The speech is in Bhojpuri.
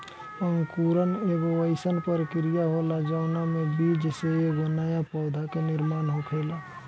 अंकुरण एगो आइसन प्रक्रिया होला जवना में बीज से एगो नया पौधा के निर्माण होखेला